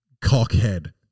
Cockhead